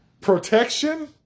Protection